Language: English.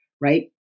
right